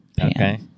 Okay